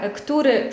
który